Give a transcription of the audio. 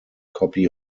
copy